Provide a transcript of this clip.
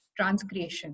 transcreation